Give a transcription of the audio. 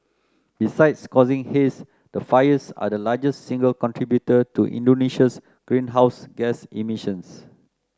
besides causing haze the fires are the largest single contributor to Indonesia's greenhouse gas emissions